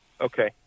Okay